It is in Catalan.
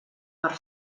per